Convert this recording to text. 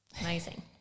amazing